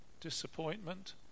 disappointment